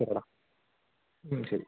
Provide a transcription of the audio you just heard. ഓക്കെടാ ശരി